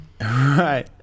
Right